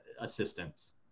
assistance